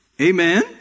Amen